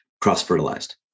cross-fertilized